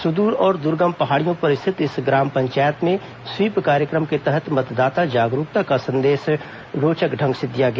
सुदूर और दुर्गम पहाड़ियों पर स्थित इस ग्राम पंचायत में स्वीप कार्यक्रम के तहत मतदाता जागरूकता का संदेश रोचक ढंग से दिया गया